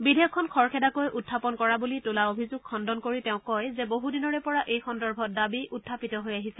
বিধেয়কখন খৰখেদাকৈ উত্থাপন কৰা বুলি তোলা অভিযোগ খণ্ডন কৰি তেওঁ কয় যে বহুদিনৰে পৰা এই সন্দৰ্ভত দাবী উত্থাপন হৈ আহিছে